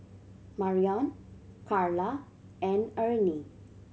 Marrion Karla and Ernie